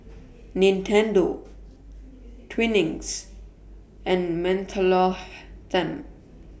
Nintendo Twinings and Mentholatum